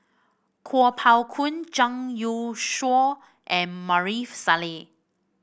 Kuo Pao Kun Zhang Youshuo and Maarof Salleh